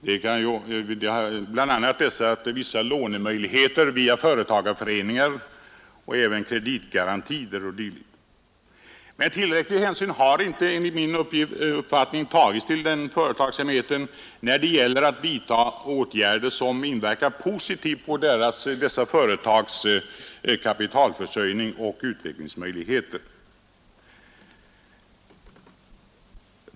Dessa åtgärder hänför sig till vissa lånemöjligheter via företagarföreningar, kreditgarantier m, m, Men tillräcklig hänsyn har, enligt min uppfattning, inte tagits till den företagsamheten när det gäller att vidta åtgärder som inverkar positivt på dessa företags kapitalförsörjning och kreditförhållanden.